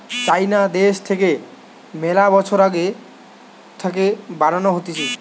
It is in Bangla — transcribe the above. চাইনা দ্যাশ থাকে মেলা বছর আগে থাকে বানানো হতিছে